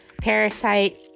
parasite